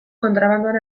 kontrabandoan